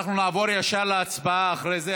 אנחנו נעבור ישר להצבעה אחרי זה.